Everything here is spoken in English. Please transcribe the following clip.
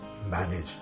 manage